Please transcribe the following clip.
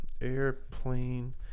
airplane